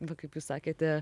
va kaip jūs sakėte